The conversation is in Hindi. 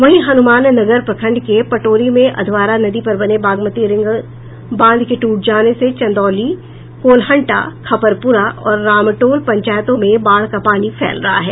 वहीं हनुमाननगर प्रखंड के पटोरी में अघवारा नदी पर बने बागमती रिंग बांध के टूट जाने से चंदौली कोलहंटा खपरपुरा और रामटोल पंचायतों में बाढ़ का पानी फैल रहा है